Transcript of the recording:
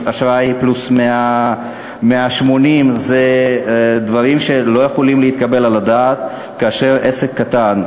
אשראי פלוס 180. אלה דברים שלא יכולים להתקבל על הדעת כאשר עסק הוא קטן.